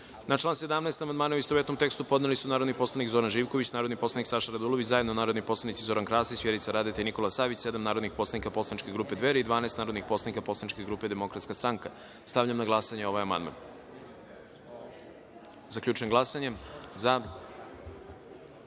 član 11. amandmane, u istovetnom tekstu, podneli su narodni poslanik Zoran Živković, narodni poslanik Saša Radulović, zajedno narodni poslanici Zoran Krasić, Vjerica Radeta i Milorad Mirčić, sedam narodnih poslanika poslaničke grupe Dveri i 12 poslanika poslaničke grupe DS.Stavljam na glasanje ovaj amandman. Zaključujem glasanje i